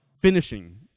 finishing